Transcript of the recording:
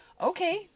okay